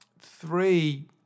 three